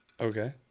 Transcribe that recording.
Okay